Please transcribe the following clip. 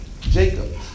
Jacob